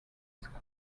school